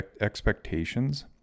expectations